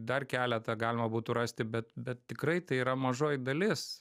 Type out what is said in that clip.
dar keletą galima būtų rasti bet bet tikrai tai yra mažoji dalis